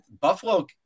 Buffalo –